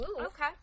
Okay